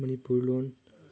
Manipur ꯂꯣꯟ